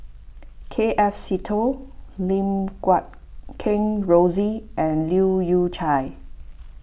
K F Seetoh Lim Guat Kheng Rosie and Leu Yew Chye